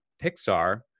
Pixar